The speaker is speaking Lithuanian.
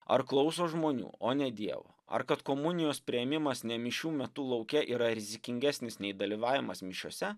ar klauso žmonių o ne dievo ar kad komunijos priėmimas ne mišių metu lauke yra rizikingesnis nei dalyvavimas mišiose